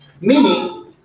Meaning